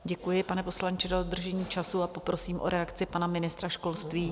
Děkuji, pane poslanče, za dodržení času, a poprosím o reakci pana ministra školství.